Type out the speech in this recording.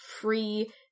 free